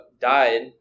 died